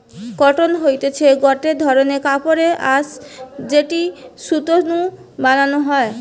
cotton হতিছে গটে ধরণের কাপড়ের আঁশ যেটি সুতো নু বানানো হয়